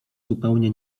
zupełnie